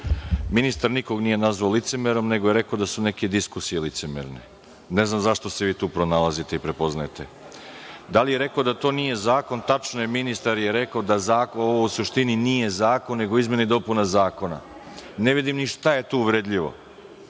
Ministar nikoga nije nazvao licemerom, nego je naveo da su neke diskusije licemerne. Ne znam zašto se vi tu pronalazite i prepoznajete. Da li je rekao da to nije zakon – tačno je, ministar je rekao da ovo u suštini nije zakon nego izmena i dopuna zakona. Ne vidim ni šta je tu